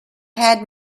had